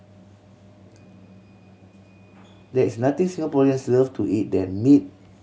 there is nothing Singaporeans love to eat than meat